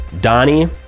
Donnie